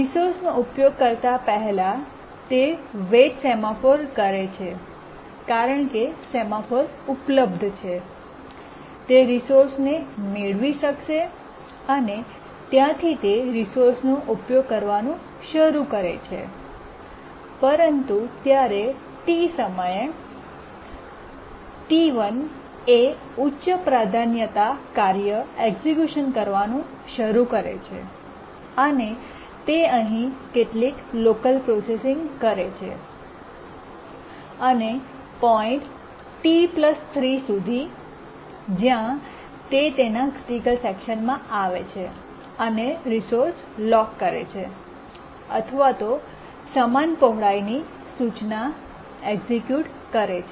રિસોર્સનો ઉપયોગ કરતા પહેલા તે વૈટ સેમાફોર કરે છે અને કારણ કે સેમાફોર ઉપલબ્ધ છે તે રિસોર્સ મેળવી શકશે અને ત્યાંથી તે રિસોર્સનો ઉપયોગ કરવાનું શરૂ કરે છે પરંતુ ત્યારે T સમયે T1 એ ઉચ્ચ પ્રાધાન્યતા કાર્ય એક્સક્યૂશન શરૂ કરે છે અને તે અહીં કેટલીક લોકલ પ્રોસેસીંગ કરે છે અને પોઇન્ટ T 3 સુધી જ્યાં તે તેના ક્રિટિકલ સેકશનમાં આવે છે અને રિસોર્સ લોક કરે છે અથવા સમાન પહોળાઈની સૂચના એક્સિક્યૂટ કરે છે